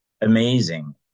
amazing